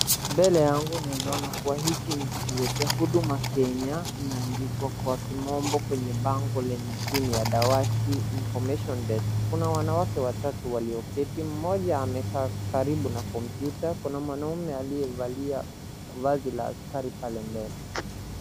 Hiki ni kituo cha huduma Kenya, imeandikwa kwa kimombo kwenye bango lenye chini ya dawati information desk . Kuna wanawake watatu walioketi, mmoja amekaa karibu na kompyuta kuna mwanamume aliyevalia vazi la askari pale mbele.